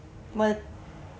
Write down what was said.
what